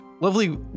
lovely